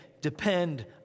Depend